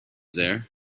there